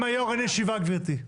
אם אין יו"ר אין ישיבה גברתי.